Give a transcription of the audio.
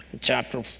chapter